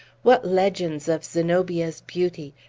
what legends of zenobia's beauty,